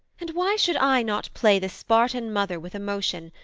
and why should i not play the spartan mother with emotion,